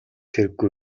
хэрэггүй